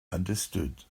understood